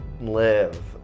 live